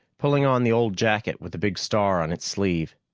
pulling on the old jacket with the big star on its sleeve.